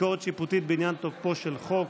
(ביקורת שיפוטית בעניין תוקפו של חוק).